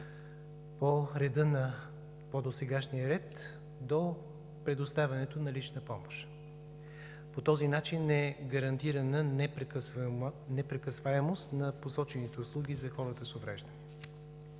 помощник“ по досегашния ред до предоставянето на лична помощ. По този начин е гарантирана непрекъсваемост на посочените услуги на хората с увреждания.